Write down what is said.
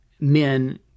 men